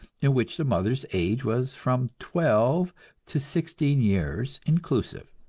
in which the mother's age was from twelve to sixteen years inclusive.